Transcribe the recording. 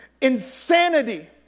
Insanity